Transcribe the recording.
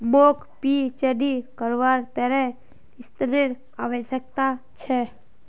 मौक पीएचडी करवार त न ऋनेर आवश्यकता छ